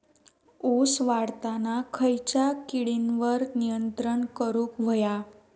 ऊस वाढताना खयच्या किडींवर नियंत्रण करुक व्हया?